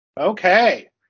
Okay